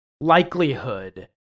likelihood